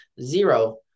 zero